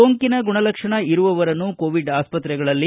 ಸೋಂಕಿನ ಗುಣಲಕ್ಷಣ ಇರುವವರನ್ನು ಕೋವಿಡ್ ಆಸ್ಪತ್ರೆಗಳಲ್ಲಿ